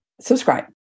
subscribe